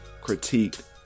critiqued